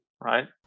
right